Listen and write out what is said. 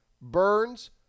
Burns